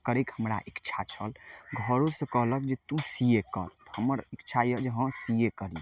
करै के हमरा इच्छा छल घरोसँ कहलक जे तू सी ए कर हमर इच्छा अइ जे हँ सी ए करी